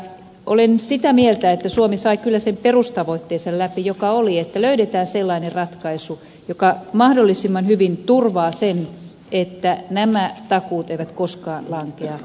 olen sitä mieltä että suomi sai kyllä läpi sen perustavoitteensa joka oli että löydetään sellainen ratkaisu joka mahdollisimman hyvin turvaa sen että nämä takuut eivät koskaan lankea maksettaviksi